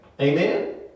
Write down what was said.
Amen